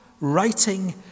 writing